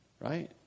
Right